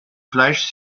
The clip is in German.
fleisch